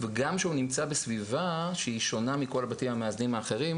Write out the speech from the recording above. וגם שנמצא בסביבה שהיא שונה מכל הבתים המאזנים האחרים